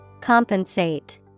Compensate